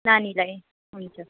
नानीलाई हुन्छ